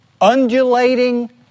undulating